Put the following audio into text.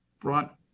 brought